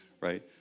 right